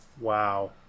wow